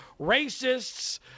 racists